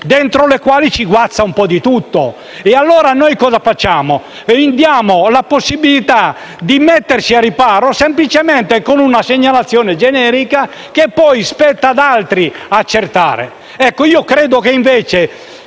dentro le quali guazza un po' di tutto. E allora noi cosa facciamo? Diamo la possibilità di mettersi al riparo semplicemente con una segnalazione generica, che poi spetta ad altri accertare. Credo che, invece,